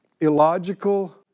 illogical